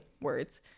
words